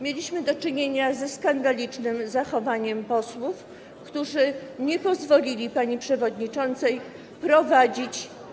Mieliśmy do czynienia ze skandalicznym zachowaniem posłów, którzy nie pozwolili pani przewodniczącej prowadzić.